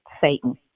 Satan